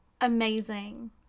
Amazing